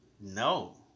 No